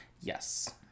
yes